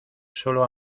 solo